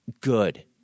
good